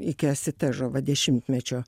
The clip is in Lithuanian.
iki asitežo va dešimtmečio